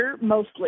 mostly